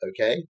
okay